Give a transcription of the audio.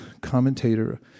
commentator